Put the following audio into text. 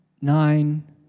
nine